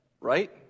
Right